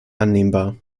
annehmbar